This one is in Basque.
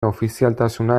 ofizialtasuna